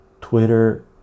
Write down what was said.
Twitter